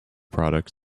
product